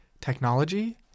technology